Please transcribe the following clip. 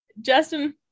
Justin